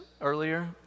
earlier